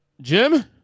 Jim